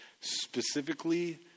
specifically